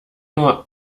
nur